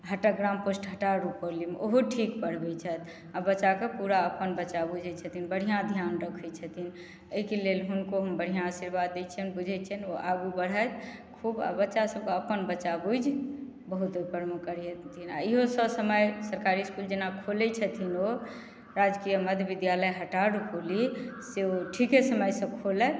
ग्राम post Hatar रुपौलीमे ओहो ठीक पढ़बैत छथि आ बच्चाके पूरा अपन बच्चा बुझैत छथि आ बढ़िआँ ध्यान रखैत छथिन एहिके लेल हुनको हम बढ़िआँ आशीर्वाद दै छिअनि बुझैत छिअनि ओ खूब आगू बढ़थि आ बच्चा सभकेँ अपन बच्चा बुझि बहुत ओहि परमे करैत छथिन आ इहो सर समय सरकारी इसकुल जेना खोलैत छथिन ओ राजकिय मध्य विद्यालय हटार रुपौली से ओ ठीके समय से खोलथि